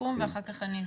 שמשתמשים.